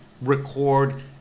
record